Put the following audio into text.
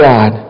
God